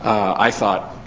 i thought,